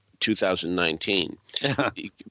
2019